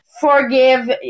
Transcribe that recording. forgive